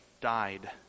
died